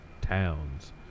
towns